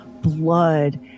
blood